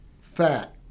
Fat